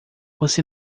você